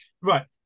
Right